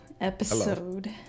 Episode